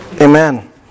Amen